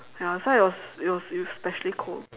ya so I was it was it was especially cold